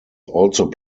also